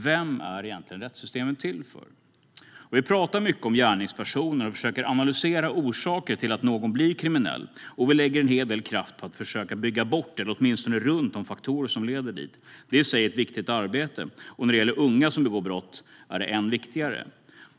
Vem är egentligen rättssystemet till för? Vi pratar mycket om gärningspersonen och försöker analysera orsaker till att någon blir kriminell. Vi lägger en hel del kraft på att försöka bygga bort eller åtminstone runt de faktorer som leder dit. Det är i sig ett viktigt arbete, och när det gäller unga som begår brott är det än viktigare.